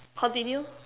continue